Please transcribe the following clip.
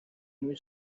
muy